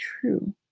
true